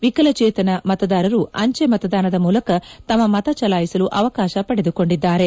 ವಿಕಲಚೇತನ ಮತದಾರರು ಅಂಚೆ ಮತದಾನದ ಮೂಲಕ ತಮ್ಮ ಮತ ಚಲಾಯಿಸಲು ಅವಕಾಶ ಪಡೆದುಕೊಂಡಿದ್ದಾರೆ